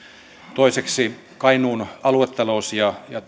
toiseksi kainuun aluetalous ja ja